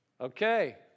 Okay